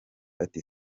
ati